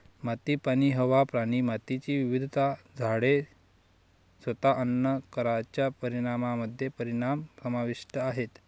माती, पाणी, हवा, प्राणी, मातीची विविधता, झाडे, स्वतः अन्न कारच्या परिणामामध्ये परिणाम समाविष्ट आहेत